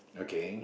okay